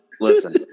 Listen